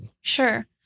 Sure